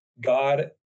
God